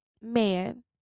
man